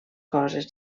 coses